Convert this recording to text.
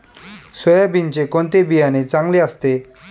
सोयाबीनचे कोणते बियाणे चांगले असते?